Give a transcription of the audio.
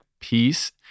peace